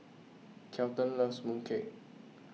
Kelton loves mooncake